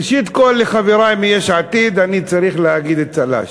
ראשית כול, לחברי מיש עתיד אני צריך להגיד צל"ש.